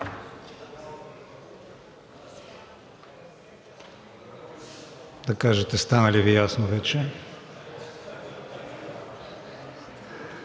да кажете стана ли Ви ясно вече?